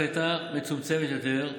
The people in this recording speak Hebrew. שהייתה מצומצמת יותר,